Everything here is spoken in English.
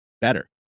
better